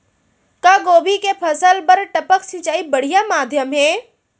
का गोभी के फसल बर टपक सिंचाई बढ़िया माधयम हे?